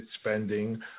spending